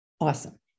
awesome